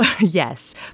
yes